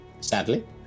sadly